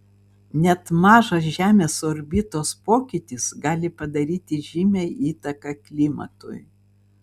net mažas žemės orbitos pokytis gali padaryti žymią įtaką klimatui